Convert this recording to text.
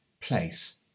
place